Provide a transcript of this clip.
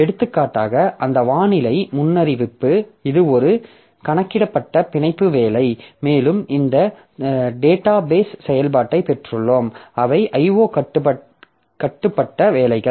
எடுத்துக்காட்டாக அந்த வானிலை முன்னறிவிப்பு இது ஒரு கணக்கிடப்பட்ட பிணைப்பு வேலை மேலும் இந்த தரவுத்தள செயல்பாட்டை பெற்றுள்ளோம் அவை IO கட்டுப்பட்ட வேலைகள்